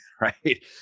right